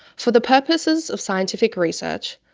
for the purposes of scientific research,